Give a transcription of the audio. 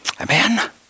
Amen